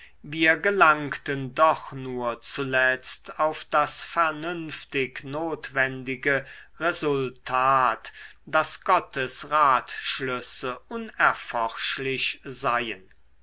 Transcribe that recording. wir gelangten doch nur zuletzt auf das vernünftig notwendige resultat daß gottes ratschlüsse unerforschlich seien